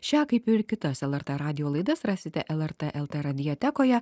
šią kaip ir kitas el er t radijo laidas rasite el er t el tė radijotekoje